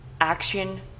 Action